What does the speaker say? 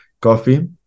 coffee